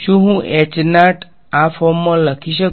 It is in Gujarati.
શું હું આ ફોર્મમાં લખી શકું